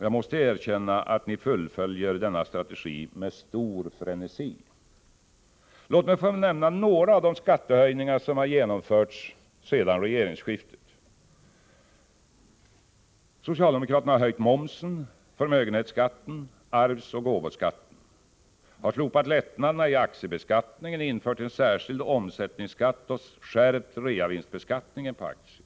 Jag måste erkänna att ni fullföljer denna strategi med stor frenesi. Låt mig få nämna några av de skattehöjningar som har genomförts sedan regeringsskiftet: Socialdemokraterna har höjt momsen, förmögenhetsskatten, arvsoch gåvoskatten. De har slopat lättnaderna i aktiebeskattningen, infört en särskild omsättningsskatt och skärpt realisationsvinstsbeskattningen på aktier.